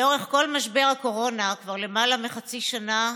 לאורך כל משבר הקורונה, כבר למעלה מחצי שנה,